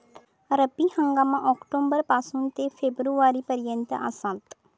रब्बी हंगाम ऑक्टोबर पासून ते फेब्रुवारी पर्यंत आसात